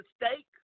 mistake